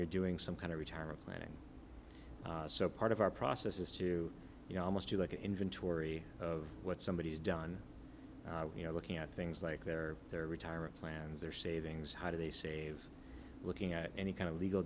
you're doing some kind of retirement planning so part of our process is to you know almost to look at inventory of what somebody has done you know looking at things like their their retirement plans their savings how do they save looking at any kind of legal